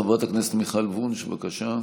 חברת הכנסת מיכל וונש, בבקשה.